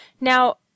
Now